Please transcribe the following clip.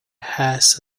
has